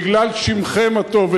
בגלל שמכם הטוב,